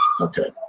Okay